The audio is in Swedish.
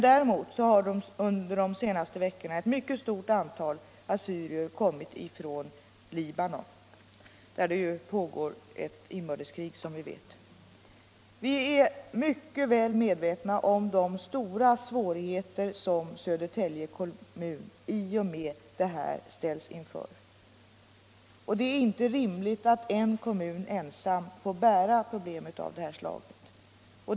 Däremot har under de senaste veckorna ett mycket stort antal assyrier kommit från Libanon, där det som vi vet pågår ett inbördeskrig. Vi är i departementet mycket väl medvetna om de stora svårigheter som Södertälje kommun ställts inför, och det är inte rimligt att en kommun ensam får bära problem av det här slaget.